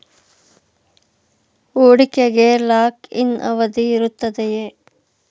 ಹೂಡಿಕೆಗೆ lock in ಅವಧಿ ಇರುತ್ತದೆಯೇ?